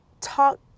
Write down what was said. talk